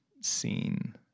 scene